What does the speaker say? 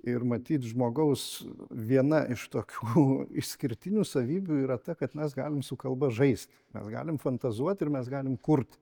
ir matyt žmogaus viena iš tokių išskirtinių savybių yra ta kad mes galim su kalba žaist mes galim fantazuot ir mes galim kurt